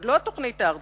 עוד לא התוכנית הארצית,